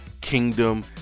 Kingdom